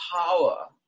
power